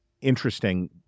interesting